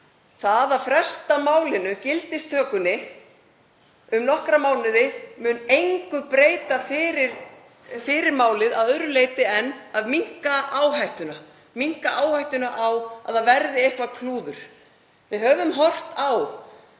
Það að fresta málinu, gildistökunni um nokkra mánuði mun engu breyta fyrir málið að öðru leyti en því að minnka áhættuna á að það verði eitthvert klúður. Við höfum séð hvað